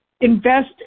invest